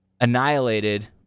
annihilated